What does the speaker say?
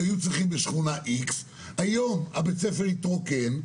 בשכונה X בית הספר התרוקן היום,